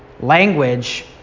language